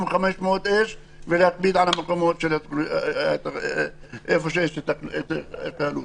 500 איש ולהקפיד בעניין איפה שיש התקהלויות.